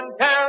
Town